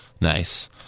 Nice